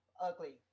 ugly